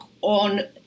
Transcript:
on